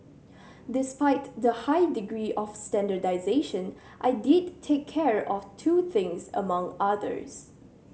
despite the high degree of standardisation I did take care of two things among others